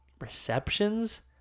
receptions